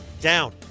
down